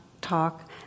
talk